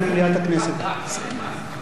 חבר הכנסת אלקין.